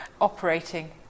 operating